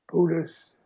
Buddhists